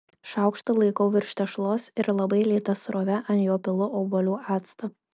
šaukštą laikau virš tešlos ir labai lėta srove ant jo pilu obuolių actą